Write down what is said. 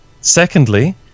Secondly